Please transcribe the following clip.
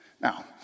Now